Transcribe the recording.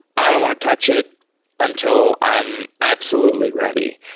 i don't want to touch it until i am absolutely ready.